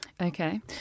Okay